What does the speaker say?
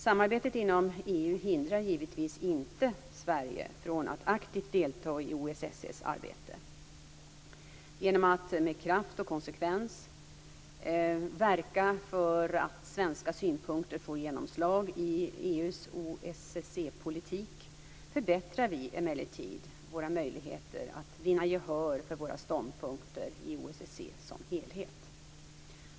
Samarbetet inom EU hindrar givetvis inte Sverige från att aktivt delta i OSSE:s arbete. Genom att med kraft och konsekvens verka för att svenska synpunkter får genomslag i EU:s OSSE-politik förbättrar vi emellertid våra möjligheter att vinna gehör för våra ståndpunkter i OSSE som helhet.